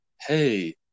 hey